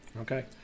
Okay